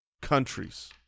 countries